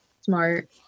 Smart